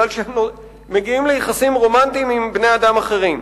מפני שהם מגיעים ליחסים רומנטיים עם בני-אדם אחרים.